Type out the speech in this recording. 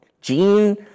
Gene